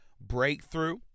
breakthrough